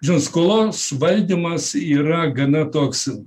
žinot skolos valdymas yra gana toks